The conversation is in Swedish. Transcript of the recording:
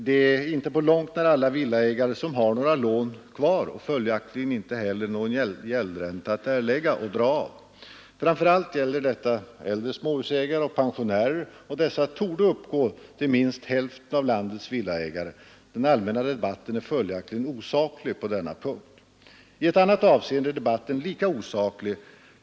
Det är inte på långt när alla villaägare, som har några lån kvar och följaktligen inte heller någon gäldränta att erlägga. Framför allt gäller detta äldre småhusägare och pensionärer, och dessa torde uppgå till minst hälften av landets villaägare. Den allmänna debatten är följaktligen osaklig på denna punkt. I ett annat avseende är debatten lika osaklig.